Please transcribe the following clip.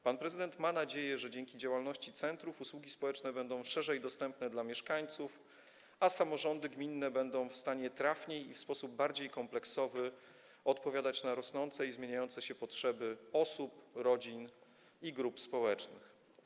Pan prezydent ma nadzieję, że dzięki działalności centrów usługi społeczne będą szerzej dostępne dla mieszkańców, a samorządy gminne będą w stanie trafniej i w sposób bardziej kompleksowy odpowiadać na rosnące i zmieniające się potrzeby osób, rodzin i grup społecznych.